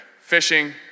fishing